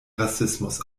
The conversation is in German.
rassismus